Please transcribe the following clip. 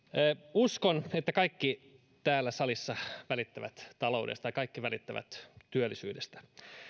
uskon että kaikki täällä salissa välittävät taloudesta ja kaikki välittävät työllisyydestä